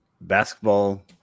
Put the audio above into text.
basketball